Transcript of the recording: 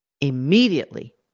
Immediately